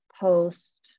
post